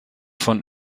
von